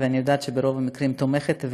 ואני יודעת שברוב המקרים תומכת,